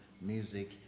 music